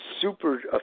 super